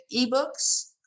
ebooks